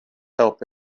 help